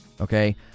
Okay